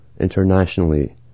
internationally